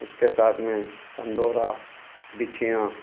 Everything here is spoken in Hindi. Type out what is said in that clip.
उसके साथ में कंदौरा बिछिया